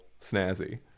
snazzy